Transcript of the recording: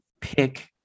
pick